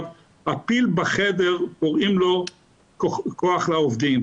הפיל בחדר קוראים לו כוח לעובדים.